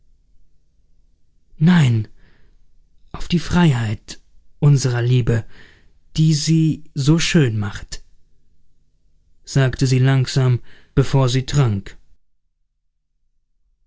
nein auf die freiheit unserer liebe die sie so schön macht sagte sie langsam bevor sie trank